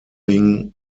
thing